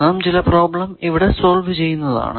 നാം ചില പ്രോബ്ലം ഇവിടെ സോൾവ് ചെയ്യുന്നതാണ്